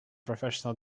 professional